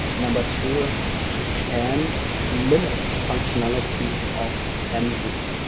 number two is you can limit the functionality of and mruby.